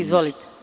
Izvolite.